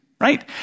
right